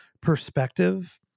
perspective